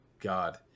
God